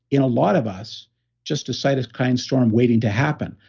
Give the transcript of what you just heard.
in a lot of us, just a cytokine storm waiting to happen.